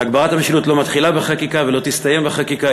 והגברת המשילות לא מתחילה בחקיקה ולא תסתיים בחקיקה.